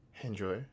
enjoy